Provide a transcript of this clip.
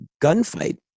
gunfight